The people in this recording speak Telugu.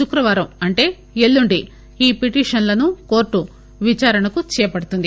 శుక్రవారం అంటే ఎల్లుండి ఈ పిటీషన్లను కోర్టు విచారణకు చేపడుతుంది